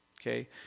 Okay